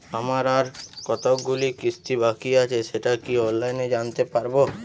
আমার আর কতগুলি কিস্তি বাকী আছে সেটা কি অনলাইনে জানতে পারব?